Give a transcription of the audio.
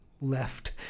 left